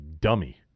dummy